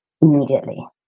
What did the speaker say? immediately